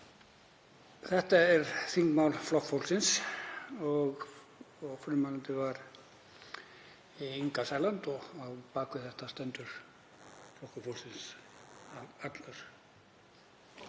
Þetta er þingmál Flokks fólksins. Frummælandi var Inga Sæland og á bak við þetta stendur Flokkur fólksins allur